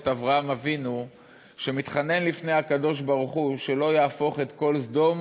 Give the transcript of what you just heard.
על אברהם אבינו שמתחנן לפני הקדוש-ברוך-הוא שלא יהפוך את כל סדום,